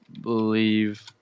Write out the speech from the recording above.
believe